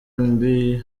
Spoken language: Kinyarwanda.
rnb